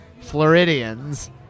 Floridians